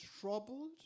troubled